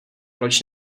proč